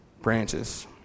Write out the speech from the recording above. branches